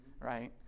Right